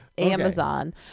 Amazon